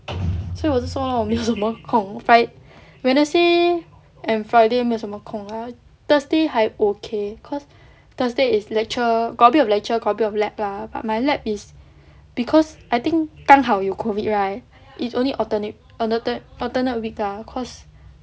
所以我就说我没有什么空 wednesday and friday 没有什么空 thursday 还 okay cause thursday is lecture got a bit of lecture got a bit of lab lah but my lab is because I think 刚好有 COVID right it's only alternate alternate alternate week ah cause